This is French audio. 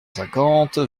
cinquante